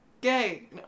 Gay